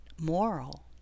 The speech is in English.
moral